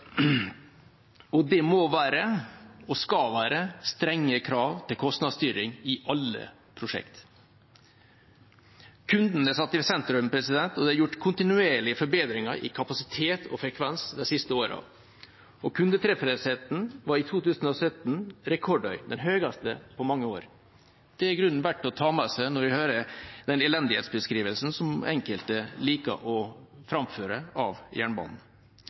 pengene. Det må og skal være strenge krav til kostnadsstyring i alle prosjekter. Kunden er satt i sentrum, og det er gjort kontinuerlige forbedringer i kapasitet og frekvens de siste årene. Kundetilfredsheten var i 2017 rekordhøy – den høyeste på mange år. Det er i grunnen verdt å ta med seg når vi hører den elendighetsbeskrivelsen av jernbanen som enkelte liker å framføre.